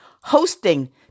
hosting